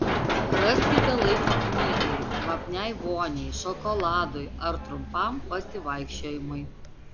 raskite laiko knygai kvapniai voniai šokoladui ar trumpam pasivaikščiojimui